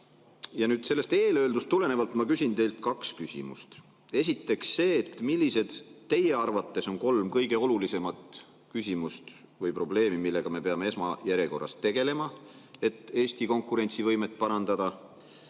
Eelöeldust tulenevalt ma küsin teilt kaks küsimust. Esiteks: millised on teie arvates kolm kõige olulisemat küsimust või probleemi, millega me peame esmajärjekorras tegelema, et Eesti konkurentsivõimet parandada?